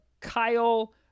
Kyle